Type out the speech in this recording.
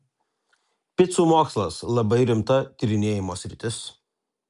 picų mokslas labai rimta tyrinėjimo sritis